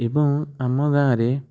ଏବଂ ଆମ ଗାଁରେ